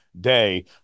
day